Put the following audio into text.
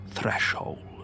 Threshold